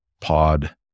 pod